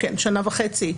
שנה וחצי,